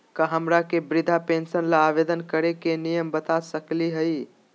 का हमरा के वृद्धा पेंसन ल आवेदन करे के नियम बता सकली हई?